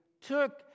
took